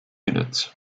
units